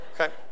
Okay